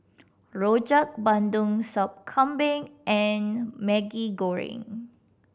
Rojak Bandung Sup Kambing and Maggi Goreng